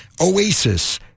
Oasis